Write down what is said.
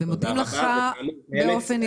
ומודים לך באופן אישי.